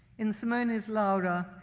in simone's laura,